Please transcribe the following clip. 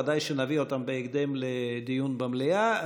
ודאי שנביא אותן בהקדם לדיון במליאה.